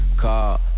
call